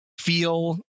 feel